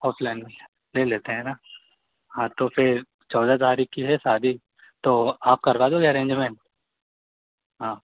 offline में ले लेते हैं ना हाँ तो फिर चौदह तारीख़ की है शादी तो आप करवा दोगे अरेंजमेंट हाँ